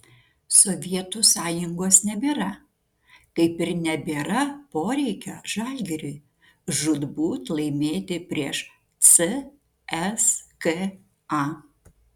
sovietų sąjungos nebėra kaip ir nebėra poreikio žalgiriui žūtbūt laimėti prieš cska